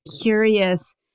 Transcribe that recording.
curious